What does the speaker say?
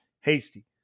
Hasty